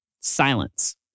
Silence